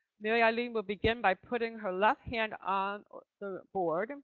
marilyn will begin by putting her left hand on the board, and